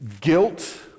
guilt